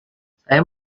saya